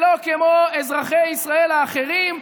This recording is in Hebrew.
שלא כמו אזרחי ישראל האחרים.